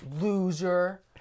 loser